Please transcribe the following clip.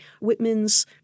Whitman's